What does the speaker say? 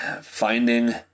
finding